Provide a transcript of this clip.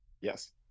Yes